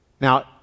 Now